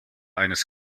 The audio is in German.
eines